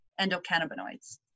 endocannabinoids